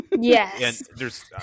Yes